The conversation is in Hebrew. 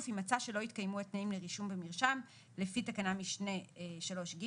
אם מצא שלא התקיימו התנאים לרישום במרשם לפי תקנת משנה 3(ג).